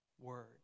word